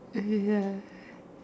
ya